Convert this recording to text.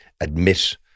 admit